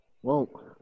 Whoa